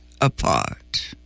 apart